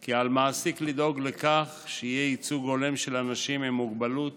כי על מעסיק לדאוג לכך שיהיה ייצוג הולם של אנשים עם מוגבלות